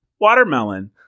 watermelon